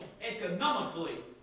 economically